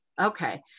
okay